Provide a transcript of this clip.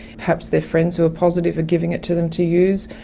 perhaps their friends who are positive are giving it to them to use.